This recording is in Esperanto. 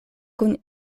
kun